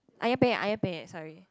Ayam-Penyet Ayam-Penyet sorry